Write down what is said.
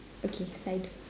okay side